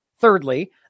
Thirdly